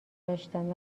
داشتند